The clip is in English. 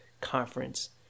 Conference